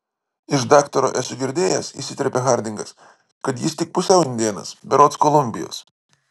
iš daktaro esu girdėjęs įsiterpia hardingas kad jis tik pusiau indėnas berods kolumbijos